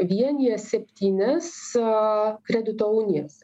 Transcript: vienija septynias kredito unijas